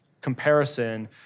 comparison